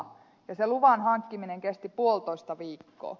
se luvan hankkiminen kesti puolitoista viikkoa